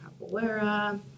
capoeira